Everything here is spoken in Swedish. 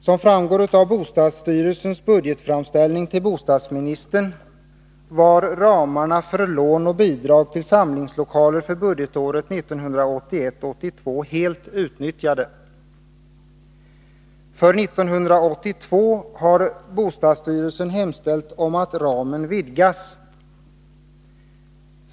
Som framgår av bostadsstyrelsens budgetframställning till bostadsministern var ramarna för lån och bidrag till samlingslokaler för budgetåret 1981/82 helt utnyttjade. För 1982 har bostadsstyrelsen hemställt om att ramen vidgas.